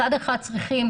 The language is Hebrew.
מצד אחד,